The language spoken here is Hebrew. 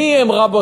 מי הם רבותיו,